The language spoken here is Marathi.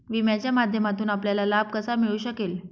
विम्याच्या माध्यमातून आपल्याला लाभ कसा मिळू शकेल?